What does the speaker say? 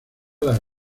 las